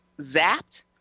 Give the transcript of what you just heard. zapped